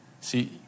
See